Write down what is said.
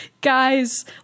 Guys